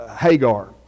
Hagar